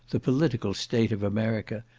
the political state of america,